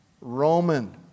Roman